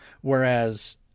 Whereas